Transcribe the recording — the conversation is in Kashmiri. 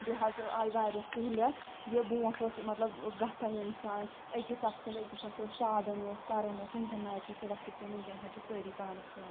بیٚیہِ حظ آیہِ واریاہ سہوٗلِیَت یہِ برونٛٹھ اوس مطلب گژھان اِنسان أکِس اَکھ سُنٛد أکِس اَکھ اوس سادَن اوس کَرُن اوس وٕنکؠن نہ حظ چھِ سُہ وَقٕت کینٛہہ وٕنکؠن حظ چھِ سٲری پانَس پان